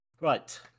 Right